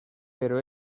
pero